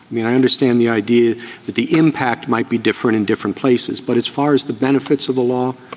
mean, i understand the idea that the impact might be different in different. places. but as far as the benefits of the law,